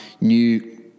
new